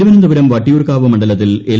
തിരുവനന്തപുരം വട്ടിയൂർക്കാവ് മണ്ഡലത്തിൽ എൽ